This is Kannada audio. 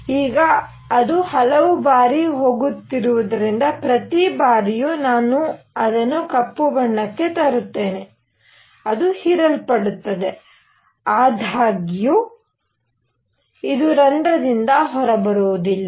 ಈಗ ಅದು ಹಲವು ಬಾರಿ ಹೋಗುತ್ತಿರುವುದರಿಂದ ಪ್ರತಿ ಬಾರಿಯೂ ನಾನು ಅದನ್ನು ಕಪ್ಪು ಬಣ್ಣಕ್ಕೆ ತರುತ್ತೇನೆ ಅದು ಹೀರಲ್ಪಡುತ್ತದೆ ಆದಾಗ್ಯೂ ಇದು ರಂಧ್ರದಿಂದ ಹೊರಬರುವುದಿಲ್ಲ